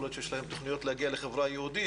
יכול להיות שיש להם תוכניות להגיע לחברה היהודית,